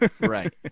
Right